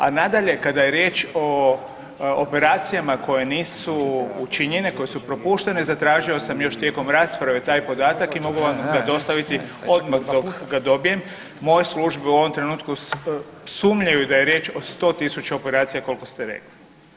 A nadalje, kada je riječ o operacijama koje nisu učinjene, koje su propuštene, zatražio sam još tijekom rasprave taj podatak i mogu vam ga dostaviti odmah dok ga dobijem, moje službe u ovom trenutku sumnjaju da je riječ o 100 000 operacija, koliko ste rekli.